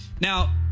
Now